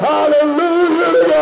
Hallelujah